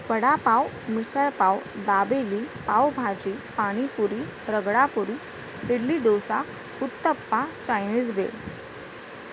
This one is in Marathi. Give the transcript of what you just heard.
वडापाव मिसळपाव दाबेली पावभाजी पाणीपुरी रगडापुरी इडली डोसा उत्तप्पा चायनीज भेळ